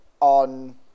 on